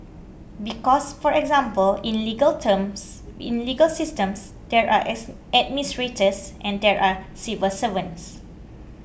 because for example in legal terms in legal systems there are administrators and there are civil servants